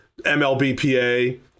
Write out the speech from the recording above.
MLBPA